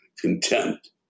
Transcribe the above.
contempt